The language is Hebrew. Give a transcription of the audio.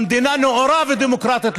במדינה נאורה ודמוקרטית,